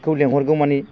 खौ लिंहरगौ मानि